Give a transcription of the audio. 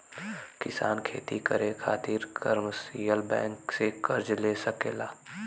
किसान खेती करे खातिर कमर्शियल बैंक से कर्ज ले सकला